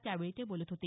त्यावेळी ते बोलत होते